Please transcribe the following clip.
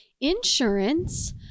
insurance